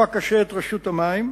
שתקפה קשות את רשות המים